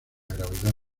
gravedad